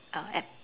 uh App